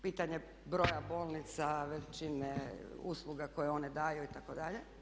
Pitanje broja bolnica, većine usluga koje one daju itd.